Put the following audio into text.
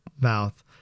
mouth